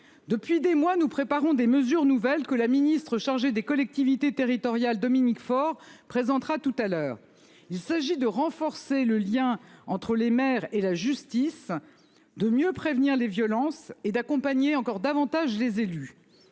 Depuis des mois, nous préparons des mesures nouvelles que la ministre chargée des collectivités territoriales. Dominique Faure présentera tout à l'heure, il s'agit de renforcer le lien entre les maires et la justice. De mieux prévenir les violences et d'accompagner encore davantage les élus.